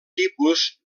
tipus